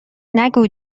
نگو